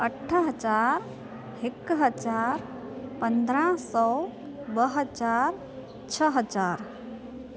अठ हज़ार हिकु हज़ारु पंदरहां सौ ॿ हज़ार छह हज़ार